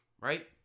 Right